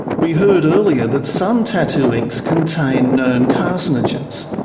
we heard earlier that some tattoo inks contain known carcinogens.